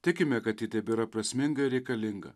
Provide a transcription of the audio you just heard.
tikime kad ji tebėra prasminga ir reikalinga